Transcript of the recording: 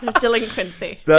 Delinquency